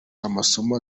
amasomo